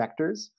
vectors